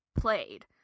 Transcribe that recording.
played